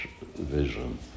vision